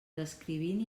descrivint